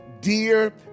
dear